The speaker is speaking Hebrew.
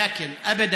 אבל לעולם